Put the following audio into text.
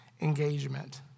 engagement